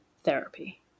therapy